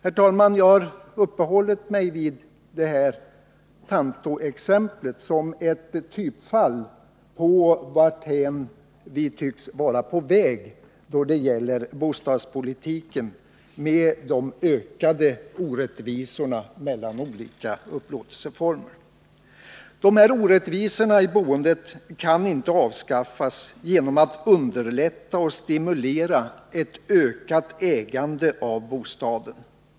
Jag har uppehållit mig vid fallet Tanto som ett typexempel på varthän vi tycks vara på väg när det gäller bostadspolitiken med de ökade orättvisorna mellan olika upplåtelseformer. Orättvisorna i boendet kan inte avskaffas genom att man underlättar och stimulerar ett ökat ägande av bostaden.